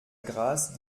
grâce